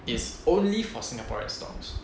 is only for singaporean stocks